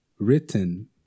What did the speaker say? written